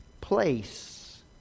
place